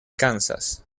kansas